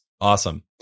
awesome